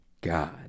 God